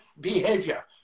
behavior